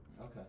Okay